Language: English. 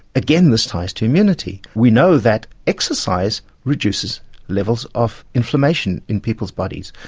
again this ties to immunity. we know that exercise reduces levels of inflammation in people's bodies,